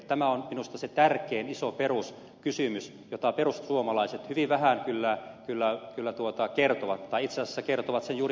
tämä on minusta se tärkein iso peruskysymys josta perussuomalaiset kyllä hyvin vähän kertovat tai itse asiassa kertovat sen juuri päinvastoin